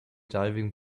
diving